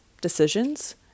decisions